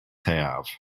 have